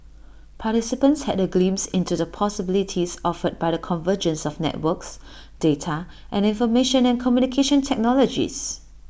participants had A glimpse into the possibilities offered by the convergence of networks data and information and communication technologies